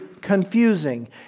confusing